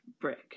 brick